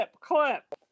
clip